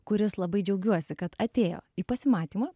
kuris labai džiaugiuosi kad atėjo į pasimatymą